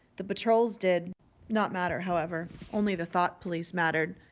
the patrols did not matter, however. only the thought police mattered.